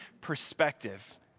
perspective